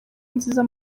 nziza